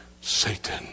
Satan